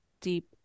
deep